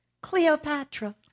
Cleopatra